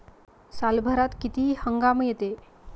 सालभरात किती हंगाम येते?